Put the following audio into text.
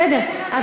בסדר,